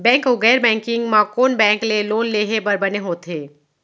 Bank अऊ गैर banking म कोन बैंक ले लोन लेहे बर बने होथे?